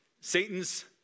Satan's